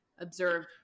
observe